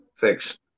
fixed